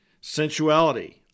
sensuality